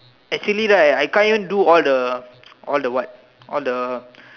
actually right I can't do all the all the what all the